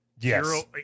Yes